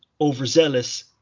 overzealous